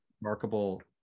remarkable